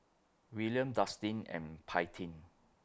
William Dustin and Paityn